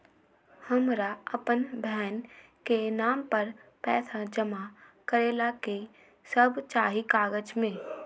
हमरा अपन बहन के नाम पर पैसा जमा करे ला कि सब चाहि कागज मे?